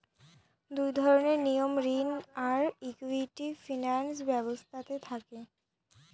দুই ধরনের নিয়ম ঋণ আর ইকুইটি ফিনান্স ব্যবস্থাতে থাকে